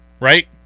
right